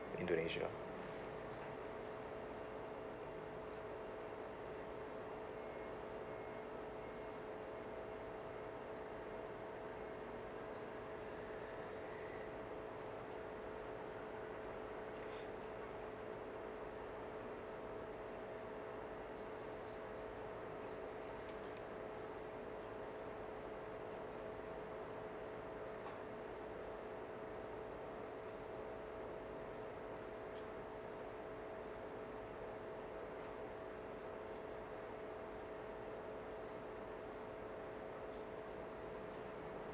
indonesia